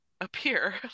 appear